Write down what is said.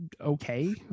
okay